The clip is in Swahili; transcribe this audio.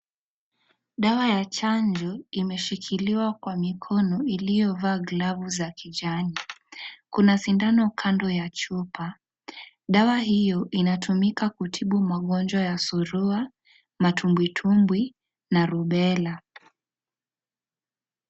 Dawa ya chanjo imeshikiliwa kwa mikono iliyovaa glavu za kijani . Kuna sindano kando ya chupa . Dawa hiyo inatumika kutibu magonjwa ya surua, matumbwitumbwi na rubella .